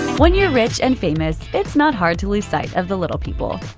when you're rich and famous, it's not hard to lose sight of the little people.